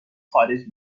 خارج